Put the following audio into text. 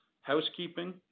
Housekeeping